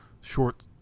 short